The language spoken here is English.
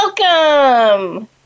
Welcome